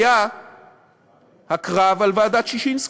היה הקרב על ועדת ששינסקי.